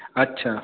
আচ্ছা